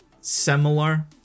similar